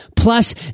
Plus